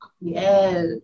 yes